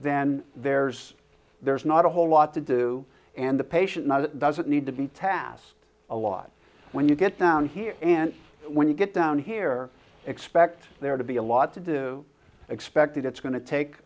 then there's there's not a whole lot to do and the patient doesn't need to be tasked a lot when you get down here and when you get down here expect there to be a lot to do expected it's going t